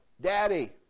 Daddy